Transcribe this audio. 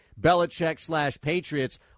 Belichick-slash-Patriots